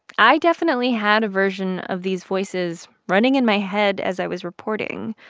i definitely had a version of these voices running in my head as i was reporting,